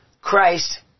Christ